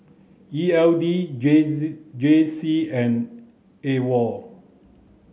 E L D J Z J C and AWOL